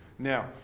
Now